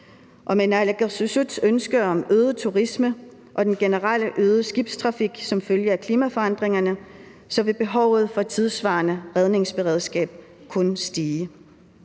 og med naalakkersuisuts ønske om en øget turisme og den generelt øgede skibstrafik som følge af klimaforandringerne vil behovet for et tidssvarende redningsberedskab kun stige.